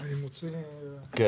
אם כן,